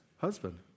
husband